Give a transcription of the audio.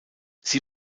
sie